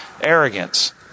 Arrogance